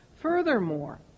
Furthermore